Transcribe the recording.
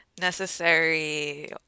necessary